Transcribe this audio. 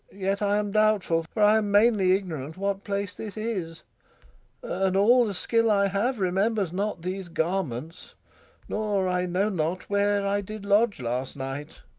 yet i am doubtful for i am mainly ignorant what place this is and all the skill i have remembers not these garments nor i know not where i did lodge last night.